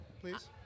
please